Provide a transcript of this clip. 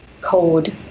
code